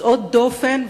יוצאות דופן,